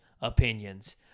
opinions